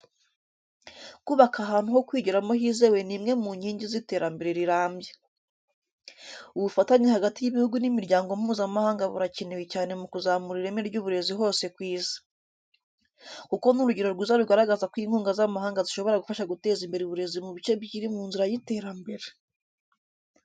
Kubaka ahantu ho kwigiramo hizewe ni imwe mu nkingi z’iterambere rirambye. Ubufatanye hagati y’ibihugu n’imiryango mpuzamahanga burakenewe cyane mu kuzamura ireme ry’uburezi hose ku isi. Kuko ni urugero rwiza rugaragaza uko inkunga z’amahanga zishobora gufasha guteza imbere uburezi mu bice bikiri mu nzira y’iterambere.